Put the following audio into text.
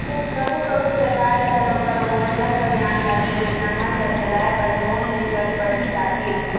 कभू कभू सरकार ल घलोक बरोबर जनकल्यानकारी योजना मन ल चलाय बर लोन ले बर पड़ही जाथे